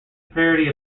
parody